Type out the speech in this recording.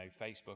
Facebook